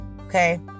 Okay